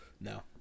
No